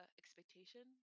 expectation